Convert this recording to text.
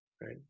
right